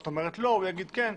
את אומרת לא, הוא יגיד כן.